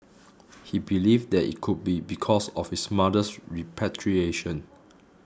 he believed that it could be because of his mother's repatriation